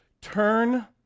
Turn